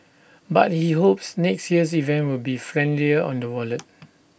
but he hopes next year's event will be friendlier on the wallet